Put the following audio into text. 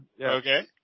Okay